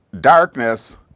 darkness